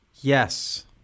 yes